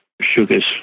sugar's